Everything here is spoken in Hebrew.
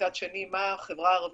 מצד שני מה החברה הערבית,